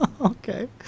Okay